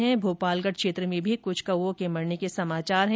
वहीं भोपालगढ़ क्षेत्र में भी कुछ कौओं के मरने का समाचार है